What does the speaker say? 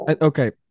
Okay